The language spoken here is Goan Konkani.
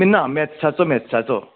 ना मेथ्साचो मेथ्साचो